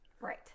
Right